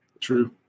True